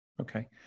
okay